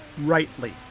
rightly